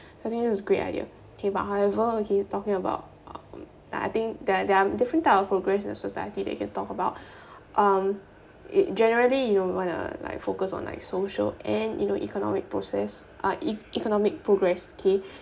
I think it's a great idea okay but however when we talking about um that I think that there are different type of progress in society that we can talk about um generally you want to like focus on like uh social end you know economic process uh economic progress okay